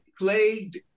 plagued